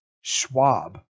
Schwab